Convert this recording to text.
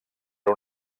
per